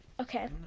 Okay